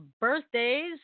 birthdays